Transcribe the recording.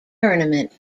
tournament